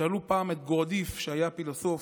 שאלו פעם את גורדייף, שהיה פילוסוף,